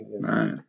Right